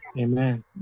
Amen